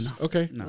Okay